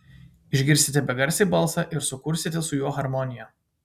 išgirsite begarsį balsą ir sukursite su juo harmoniją